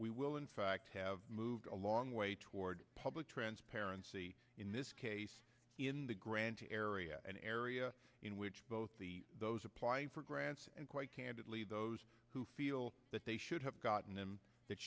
we will in fact have moved a long way toward public transparency in this case in the granting area an area in which both the those applying for grants and quite candidly those who feel that they should have gotten them that